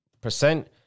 percent